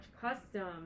custom